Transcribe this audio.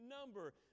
number